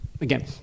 again